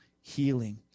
healing